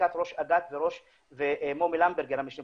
בברכת ראש אג"ת ומומי למברגר, המשנה.